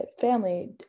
family